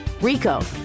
RICO